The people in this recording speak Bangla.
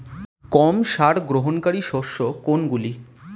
কম সার গ্রহণকারী শস্য কোনগুলি?